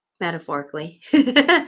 metaphorically